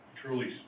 truly